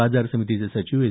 बाजार समितीचे सचिव एस